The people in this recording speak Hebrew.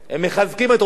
כי הציבור רואה,